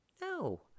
No